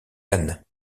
âne